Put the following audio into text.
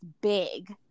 big